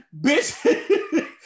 Bitch